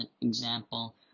example